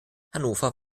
hannover